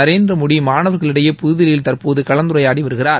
நரேந்திர மோடி மாணவர்களிடையே புதுதில்லியில் தற்போது கலந்துரையாடிவருகிறார்